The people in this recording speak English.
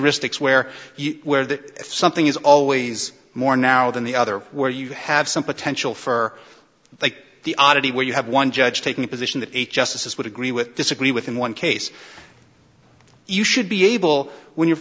cs where where that something is always more now than the other where you have some potential for like the oddity where you have one judge taking a position that eight justices would agree with disagree with in one case you should be able when you're